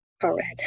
Correct